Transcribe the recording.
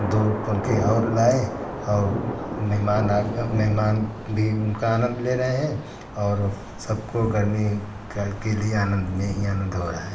दो पंखे और लाए और मेहमान आ गया मेहमान भी उनका आनंद ले रहे हैं और सबको गर्मी का के लिए आनंद में ही आनंद हो रहा है